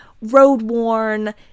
road-worn